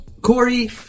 Corey